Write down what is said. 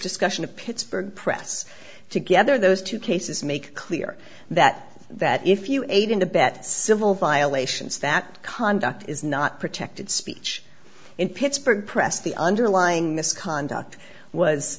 discussion of pittsburgh press together those two cases make clear that that if you aid and abet civil violations that conduct is not protected speech in pittsburgh press the underlying misconduct was